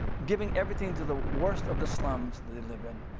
giving everything to the worst of the slums they live in,